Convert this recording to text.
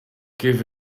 give